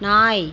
நாய்